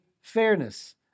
fairness